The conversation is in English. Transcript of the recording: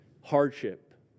hardship